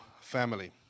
family